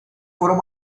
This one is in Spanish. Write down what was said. fueron